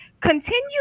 continue